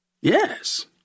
Yes